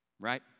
right